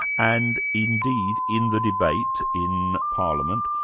and indeed, in the debate in parliament,